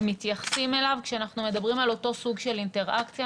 מתייחסים אליו כשאנחנו מדברים על אותו סוג של אינטראקציה.